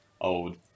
Old